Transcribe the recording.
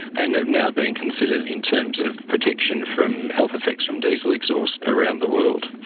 and have now been considered in terms of protection from health effects from diesel exhaust around the world.